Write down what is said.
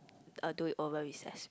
uh do it over recess